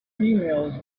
emails